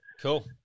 cool